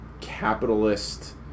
capitalist